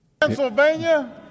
Pennsylvania